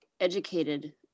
educated